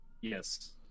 Yes